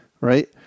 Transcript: right